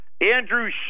Andrew